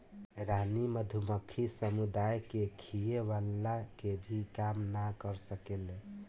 रानी मधुमक्खी समुदाय के खियवला के भी काम ना कर सकेले